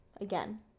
again